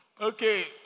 Okay